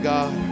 God